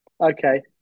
Okay